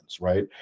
right